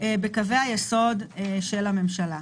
בקווי היסוד של הממשלה.